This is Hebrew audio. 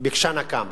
ביקשה נקם,